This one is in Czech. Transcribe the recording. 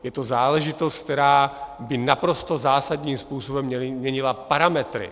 Je to záležitost, která by naprosto zásadním způsobem měnila parametry.